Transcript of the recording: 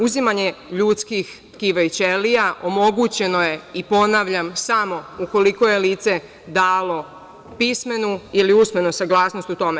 Uzimanje ljudskih tkiva i ćelija omogućeno je i, ponavljam, samo ukoliko je lice dalo pismenu ili usmenu saglasnost o tome.